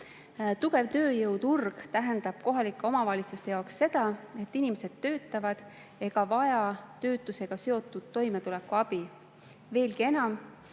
Tugev tööjõuturg tähendab kohalike omavalitsuste jaoks seda, et inimesed töötavad ega vaja töötusega seotud toimetulekuabi. Veelgi enam,